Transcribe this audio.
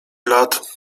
lat